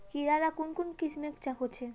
कीड़ा ला कुन कुन किस्मेर होचए?